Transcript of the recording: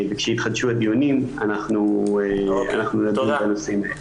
וכשיתחדשו הדיונים נדון בנושאים האלה.